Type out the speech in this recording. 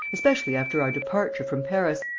especially after our departure from paris.